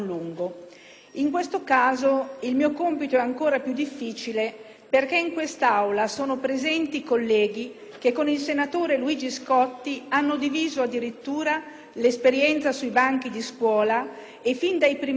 In questo caso il mio compito è ancora più difficile perché in quest'Aula sono presenti colleghi che con il senatore Scotti hanno condiviso addirittura l'esperienza sui banchi di scuola, fin dai primi studi,